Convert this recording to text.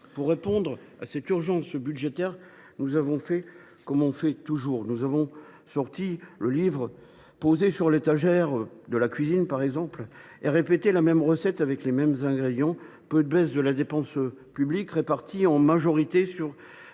Pour répondre à l’urgence budgétaire, nous avons fait comme on fait toujours ! Nous avons sorti le livre posé sur l’étagère de la cuisine et répété la même recette avec les mêmes ingrédients : peu de baisses de la dépense publique, réparties en majorité sur